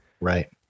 Right